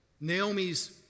Naomi's